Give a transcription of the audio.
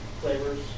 flavors